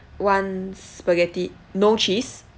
one spaghetti no cheese